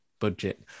budget